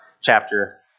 chapter